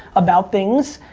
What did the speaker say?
about things,